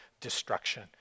destruction